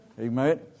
amen